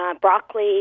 Broccoli